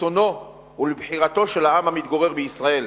לרצונו ולבחירתו של העם המתגורר בישראל.